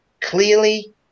clearly